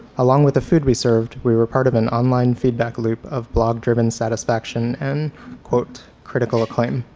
along with the food we served, we were part of an online feedback loop of blog-driven satisfaction and critical acclaim